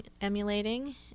emulating